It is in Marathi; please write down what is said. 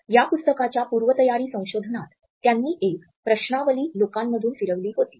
या पुस्तकाच्या पूर्वतयारी संशोधनात त्यांनी एक प्रश्नावली लोकांमधून फिरविली होती